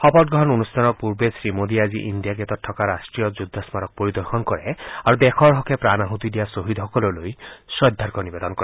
শপতগ্ৰহণ অনুষ্ঠানৰ পূৰ্বে শ্ৰীমোদীয়ে আজি ইণ্ডিয়া গেটত থকা ৰাষ্টীয় যুদ্ধস্মাৰক পৰিদৰ্শন কৰে আৰু দেশৰ হকে প্ৰাণ আহতি দিয়া ছহিদসকললৈ শ্ৰদ্ধাৰ্ঘ্য নিবেদন কৰে